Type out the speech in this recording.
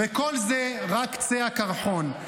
וכל זה רק קצה הקרחון.